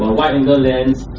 wide angle lense